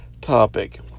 topic